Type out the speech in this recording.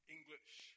English